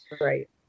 Right